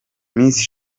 miss